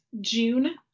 June